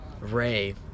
Ray